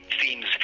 seems